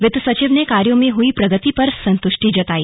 वित्त सचिव ने कार्यों में हई प्रगति पर संतुष्टि जताई